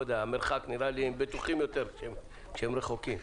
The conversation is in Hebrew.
בטוחים יותר כשהם רחוקים.